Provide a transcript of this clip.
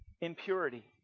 Impurity